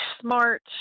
smart